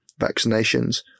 vaccinations